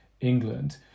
England